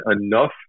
enough